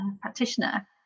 practitioner